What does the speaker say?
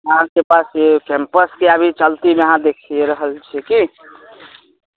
आ यहाँ अगर जाय लए चाहै छी अभी वैशाली उधर जे छै